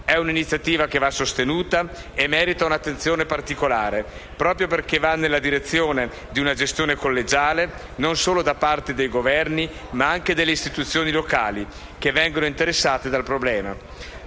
È un'iniziativa che va sostenuta e merita un'attenzione particolare, proprio perché va nella direzione di una gestione collegiale, non solo da parte dei Governi, ma anche delle istituzioni locali che vengono interessate dal problema.